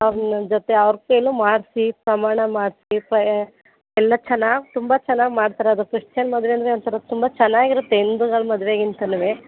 ಅವ್ರನ್ನು ಜೊತೆ ಅವ್ರ ಕೈಲೂ ಮಾಡಿಸಿ ಪ್ರಮಾಣ ಮಾಡಿಸಿ ಪ್ರಯರ್ ಎಲ್ಲ ಚೆನ್ನಾಗಿ ತುಂಬ ಚೆನ್ನಾಗಿ ಮಾಡ್ತಾರೆ ಅದು ಕ್ರಿಶ್ಚನ್ ಮದುವೆ ಅಂದರೆ ಒಂಥರ ತುಂಬ ಚೆನ್ನಾಗಿರುತ್ತೆ ಹಿಂದುಗಳ ಮದ್ವೆಗಿಂತನೂ